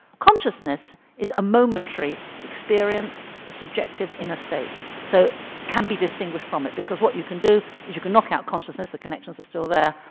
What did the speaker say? consciousness is a momentary experience, the subjective inner state so it can be distinguished from it, because what you can do is you can knock out consciousness, the connections are still there,